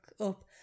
up